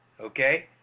okay